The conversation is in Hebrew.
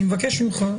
אני מבקש ממך,